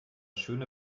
schöne